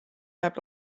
jääb